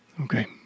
Okay